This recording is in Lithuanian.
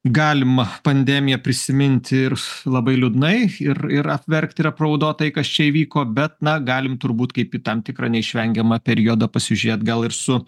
galima pandemiją prisiminti ir labai liūdnai ir ir apverkt ir apraudot tai kas čia įvyko bet na galim turbūt kaip į tam tikrą neišvengiamą periodą pasižėt gal ir su